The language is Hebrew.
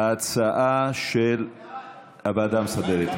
ההצעה של הוועדה המסדרת.